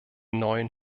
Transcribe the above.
neuen